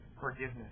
forgiveness